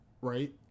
right